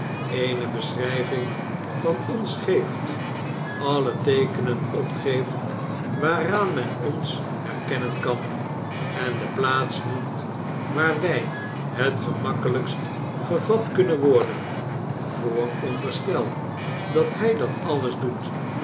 eene beschrijving van ons geeft alle teekenen opgeeft waaraan men ons herkennen kan en de plaats noemt waar wij het gemakkelijkst gevat kunnen worden vooronderstel dat hij dat alles doet